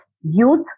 youth